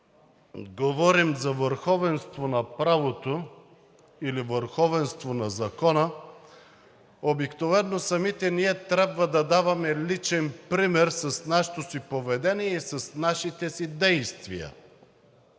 говорим за върховенство на правото или върховенство на закона, обикновено самите ние трябва да даваме личен пример с нашето си поведение и с нашите си действия.